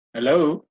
Hello